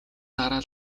дараа